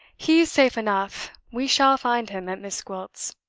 he's safe enough. we shall find him at miss gwilt's.